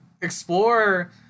explore